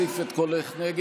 וימינה להביע